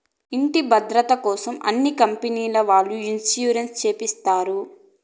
ఇంటి భద్రతకోసం అన్ని కంపెనీల వాళ్ళు ఇన్సూరెన్స్ చేపిస్తారు